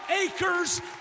acres